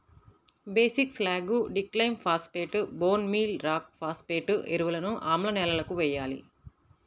basic slag, డిక్లైమ్ phosphate, bone meal rock phosphate ఎరువులను ఆమ్ల నేలలకు వేయాలి